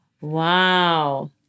Wow